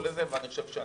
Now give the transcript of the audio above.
אני עכשיו לא קורא לזה,